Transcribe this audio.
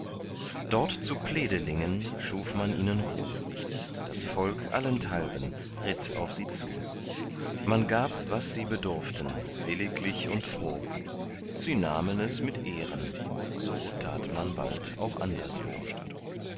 dort zu pledelingen schuf man ihnen ruh das volk allenthalben ritt auf sie zu man gab was sie bedurften williglich und froh sie nahmen es mit ehren so tat man bald auch anderswo